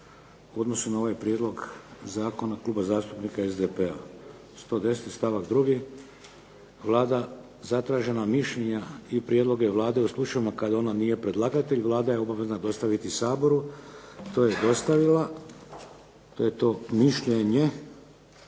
u odnosu na ovaj prijedlog zakona Kluba zastupnika SDP-a, 110. stavak 2., Vlada zatražena mišljenja i prijedloge Vlade u slučajevima kada ona nije predlagatelj Vlada je obavezna dostaviti Saboru. To je dostavila. To je to mišljenje